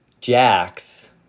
Jax